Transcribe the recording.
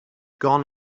gone